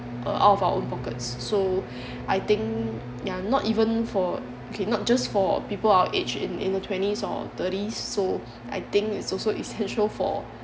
uh out of our own pockets so I think ya not even for okay not just for people our age in in the twenties or thirties so I think it's also essential for